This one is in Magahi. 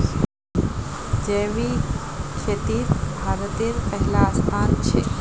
जैविक खेतित भारतेर पहला स्थान छे